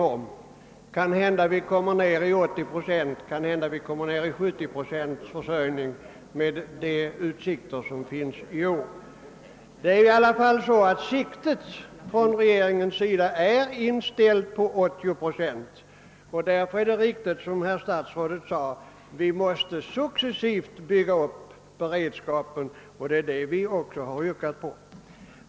Det kan hända att vi kommer ned i 80 procent, kanske i 70 procent av vår försörjning, med de utsikter som finns i år. Regeringen har sitt sikte inställt på 80 procent och därför är det viktigt när herr statsrådet säger att vi successivt måste bygga upp beredskapen. Det är också detta som vi har yrkat på.